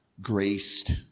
graced